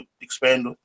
expand